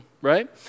right